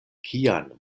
kian